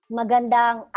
magandang